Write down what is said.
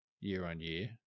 year-on-year